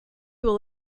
will